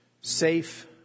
safe